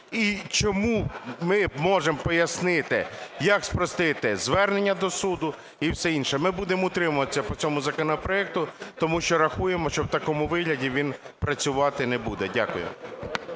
і чому ми можемо пояснити, як спростити звернення до суду і все інше. Ми будемо утримуватися по цьому законопроекту, тому що рахуємо, що в такому вигляді він працювати не буде. Дякую.